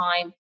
time